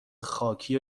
خاکی